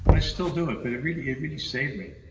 but i still do it, but it really it really saved me.